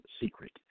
secret